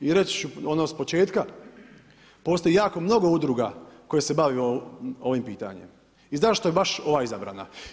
I reći ću ono s početka, postoji jako mnogo udruga koje se bave ovim pitanjem i zašto je baš ova izabrana?